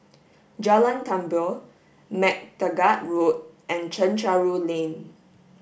Jalan Tambur MacTaggart Road and Chencharu Lane